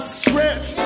stretch